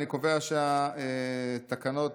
אינה נוכחת,